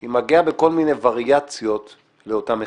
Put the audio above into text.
היא מגיעה בכל מיני ווריאציות לאותם המחבלים.